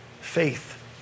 Faith